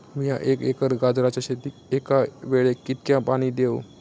मीया एक एकर गाजराच्या शेतीक एका वेळेक कितक्या पाणी देव?